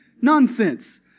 Nonsense